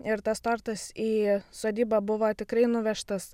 ir tas tortas į sodybą buvo tikrai nuvežtas